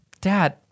Dad